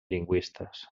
lingüistes